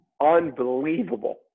unbelievable